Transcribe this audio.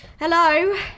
Hello